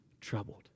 troubled